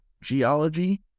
geology